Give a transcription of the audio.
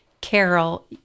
Carol